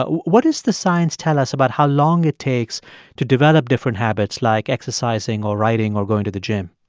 what does the science tell us about how long it takes to develop different habits like exercising or writing or going to the gym?